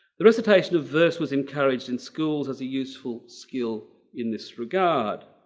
the recitation of verse was encouraged in schools as a useful skill in this regard.